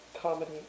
Comedy